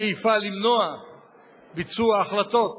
שאיפה למנוע ביצוע החלטות